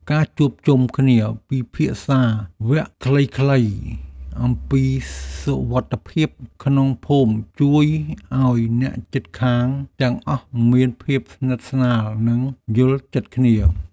ការជួបជុំគ្នាពិភាក្សាវគ្គខ្លីៗអំពីសុវត្ថិភាពក្នុងភូមិជួយឱ្យអ្នកជិតខាងទាំងអស់មានភាពស្និទ្ធស្នាលនិងយល់ចិត្តគ្នា។